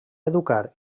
educar